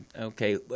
okay